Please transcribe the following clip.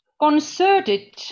concerted